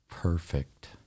Perfect